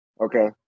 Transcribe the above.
Okay